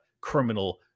criminal